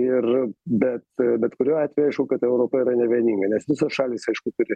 ir bet bet kuriuo atveju aišku kad europa yra nevieninga nes visos šalys aišku turi